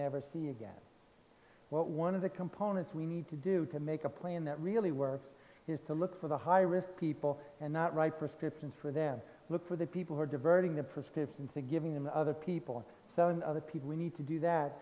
never see again one of the components we need to do to make a plan that really works is to look for the high risk people and not write prescriptions for them look for the people who are diverting the persistence and giving them to other people seven other people we need to do that